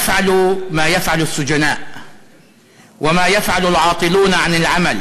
הוא היה ברמאללה ותיאר את הרגשתו האנושית ואת יחסו אל האחר גם כשהאחר